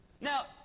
Now